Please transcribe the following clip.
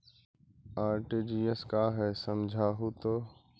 RTGS का है समझाहू तो?